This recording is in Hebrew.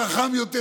חכם יותר,